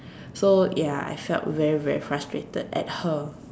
so ya I felt very very frustrated at her